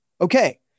okay